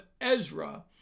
Ezra